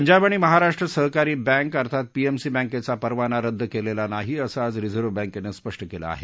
पंजाब आणि महाराष्ट्र सहकारी बँक अर्थात पीएमसी बँकेचा परवाना रद्द केलेला नाही असं आज रिझर्व्ह बँकेनं स्पष्ट केलं आहे